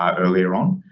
um earlier on.